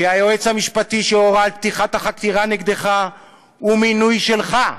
כי היועץ המשפטי שהורה על פתיחת החקירה נגדך הוא מינוי שלך.